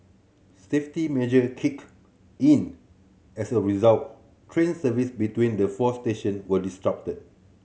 safety measure kicked in as a result train services between the four station were disrupted